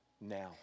now